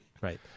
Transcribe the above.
Right